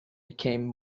became